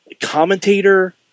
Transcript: commentator